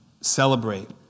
celebrate